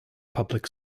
public